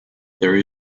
there